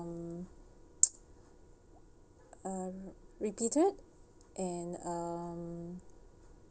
um um and um